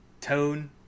Tone